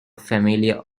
familiar